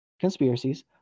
conspiracies